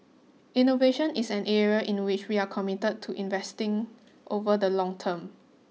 innovation is an area in which we are committed to investing over the long term